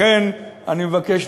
לכן אני מבקש,